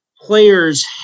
Players